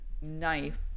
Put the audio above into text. knife